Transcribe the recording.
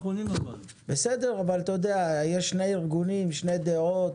יש שני ארגונים, שתי דעות,